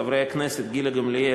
חברי הכנסת גילה גמליאל,